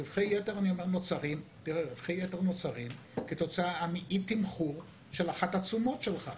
רווחי יתר נוצר עם תמחור של אחת התשומות שלך.